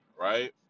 right